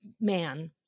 man